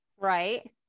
right